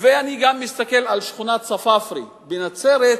ואני גם מסתכל על שכונת ספאפרי בנצרת,